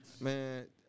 Man